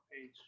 page